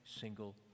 single